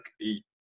eat